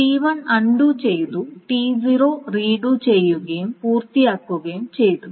T1 അൺണ്ടു ചെയ്തു T0 read ചെയ്യുകയും പൂർത്തിയാക്കുകയും ചെയ്തു